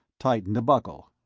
tightened a buckle.